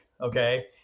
Okay